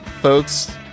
Folks